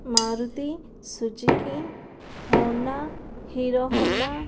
Maruti Suzuki Honda Hero Honda